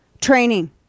Training